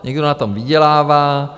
Někdo na tom vydělává.